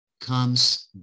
comes